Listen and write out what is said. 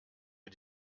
mir